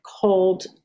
called